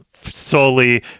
solely